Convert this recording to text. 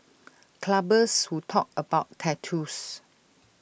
clubbers who talk about tattoos